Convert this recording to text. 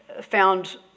found